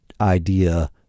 idea